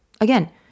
Again